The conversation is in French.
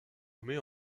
nommée